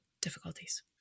difficulties